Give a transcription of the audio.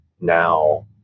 now